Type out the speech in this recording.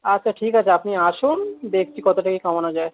আচ্ছা ঠিক আছে আপনি আসুন দেখছি কতোটা কী কমানো যায়